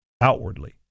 outwardly